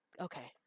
okay